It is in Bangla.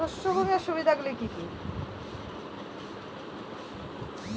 শস্য বিমার সুবিধাগুলি কি কি?